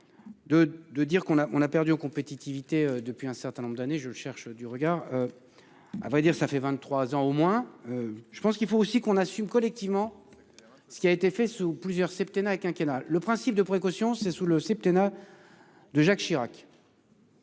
de dire qu'on a, on a perdu en compétitivité depuis un certain nombre d'années, je cherche du regard. À vrai dire, ça fait 23 ans au moins. Je pense qu'il faut aussi qu'on assume collectivement. Ce qui a été fait sous plusieurs septennat quinquennat le principe de précaution, c'est sous le septennat. De Jacques Chirac.